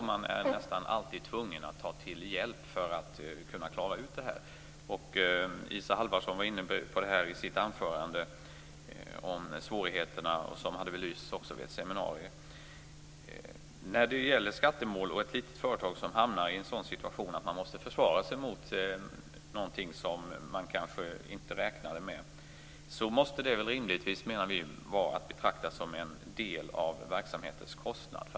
Man är nästan alltid tvungen att ta till hjälp för att klara det hela. Isa Halvarsson var inne på svårigheterna i sitt anförande, och de har även belysts vid ett seminarium. När ett litet företag hamnar i en situation i ett skattemål att man måste försvara sig mot något man inte räknade med, måste det rimligtvis kunna betraktas som en del av verksamhetens kostnad.